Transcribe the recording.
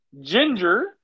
Ginger